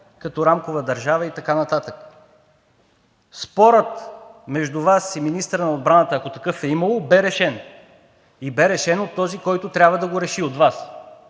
като рамкова държава и така нататък. Спорът между Вас и министъра на отбраната, ако такъв е имало, бе решен, и бе решен от този, който трябва да го реши – от Вас